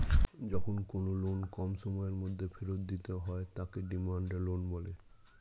যখন কোনো লোন কম সময়ের মধ্যে ফেরত দিতে হয় তাকে ডিমান্ড লোন বলে